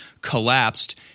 collapsed